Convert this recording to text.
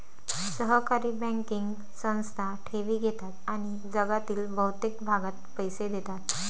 सहकारी बँकिंग संस्था ठेवी घेतात आणि जगातील बहुतेक भागात पैसे देतात